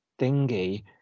thingy